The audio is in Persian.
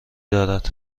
دارد